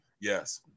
Yes